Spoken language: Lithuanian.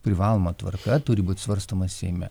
privaloma tvarka turi būt svarstomas seime